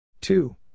Two